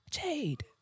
Jade